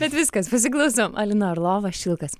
bet viskas pasiklausom alina orlova šilkas